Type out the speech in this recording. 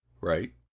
right